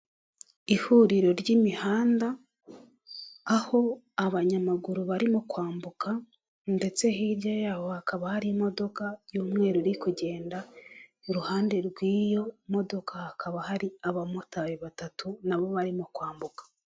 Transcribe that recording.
Ihuriro ry'imihanda aho abanyamaguru barimo kwambuka ndetse hirya yabo hakaba harimo y'umweru iri kugenda iruhande rw'iyo modoka hakaba hari abamotari batatu nabo barimo kwambuka.